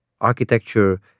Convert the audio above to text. Architecture